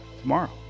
tomorrow